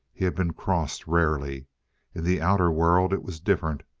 he had been crossed rarely. in the outer world it was different.